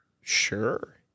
sure